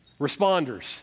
Responders